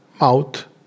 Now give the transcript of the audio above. mouth